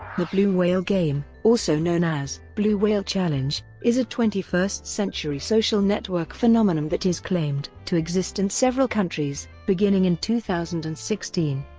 the blue whale game, also known as blue whale challenge, is a twenty first century social network phenomenon that is claimed to exist in several countries, beginning in two thousand and sixteen.